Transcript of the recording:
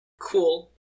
Cool